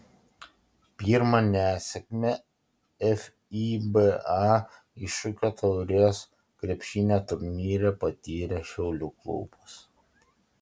pirmą nesėkmę fiba iššūkio taurės krepšinio turnyre patyrė šiaulių klubas